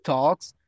Talks